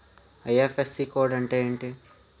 IFSC code అంటే ఏంటి?